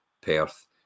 Perth